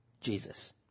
Jesus